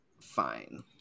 fine